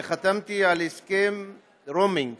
וחתמתי על הסכם רומינג